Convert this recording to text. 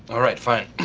alright, fine.